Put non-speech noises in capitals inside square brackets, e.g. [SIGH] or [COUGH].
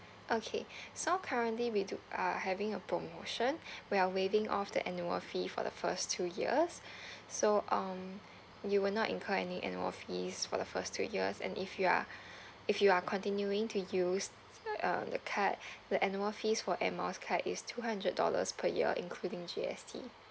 okay [BREATH] so currently we do are having a promotion [BREATH] we are waiving off the annual fee for the first two years [BREATH] so um you will not incur any annual fees for the first two years and if you are [BREATH] if you are continuing to use uh the card [BREATH] the annual fees for air miles card is two hundred dollars per year including G_S_T